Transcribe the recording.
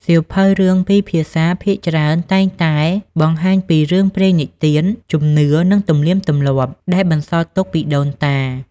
សៀវភៅរឿងពីរភាសាភាគច្រើនតែងតែបង្ហាញពី រឿងព្រេងនិទាន ជំនឿ និង ទំនៀមទម្លាប់ ដែលបានបន្សល់ទុកពីដូនតា។